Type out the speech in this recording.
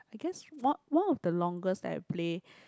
I guess one one of the longest that I play